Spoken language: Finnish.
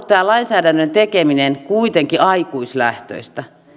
tämän lainsäädännön tekeminen on ollut kuitenkin aikuislähtöistä